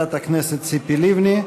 לחברת הכנסת ציפי לבני.